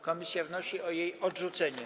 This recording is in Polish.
Komisja wnosi o jej odrzucenie.